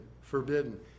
forbidden